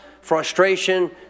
frustration